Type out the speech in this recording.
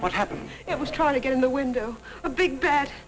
what happened i was trying to get in the window big bad